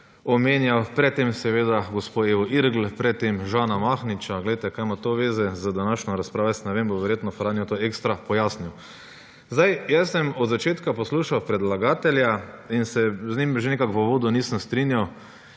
omenjal. Pred tem seveda gospo Evo Irgl, pred tem Žana Mahniča. Glejte, kaj ima to veze z današnjo razpravo, jaz ne vem, bo verjetno Franjo to ekstra pojasnil. Zdaj, jaz sem od začetka poslušal predlagatelja in se z njim že nekak v uvodu nisem strinjal,